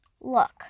Look